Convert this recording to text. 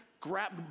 grab